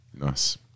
Nice